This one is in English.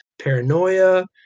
paranoia